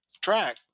track